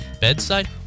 bedside